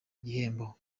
gihembo